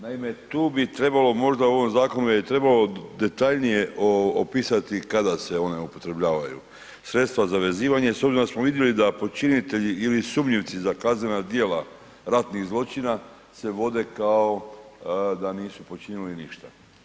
Naime, tu bi trebalo, možda u ovom zakonu je trebalo detaljnije opisati kada se one upotrebljavaju, sredstva za vezivanje s obzirom da smo vidjeli da počinitelji ili sumnjivci za kaznena djela ratnih zločina se vode kao da nisu počinili ništa.